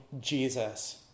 Jesus